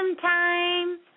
time